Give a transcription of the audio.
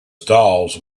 stalls